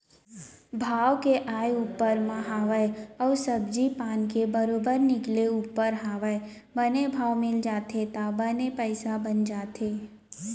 भाव के आय ऊपर म हवय अउ सब्जी पान के बरोबर निकले ऊपर हवय बने भाव मिल जाथे त बने पइसा बन जाथे